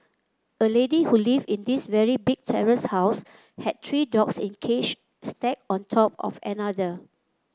a lady who lived in this very big terrace house had three dogs in cage stacked on top of another